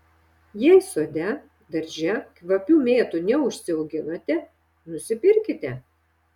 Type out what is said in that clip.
jei sode darže kvapių mėtų neužsiauginote nusipirkite